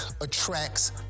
attracts